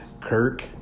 Kirk